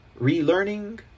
relearning